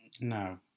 No